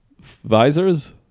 visors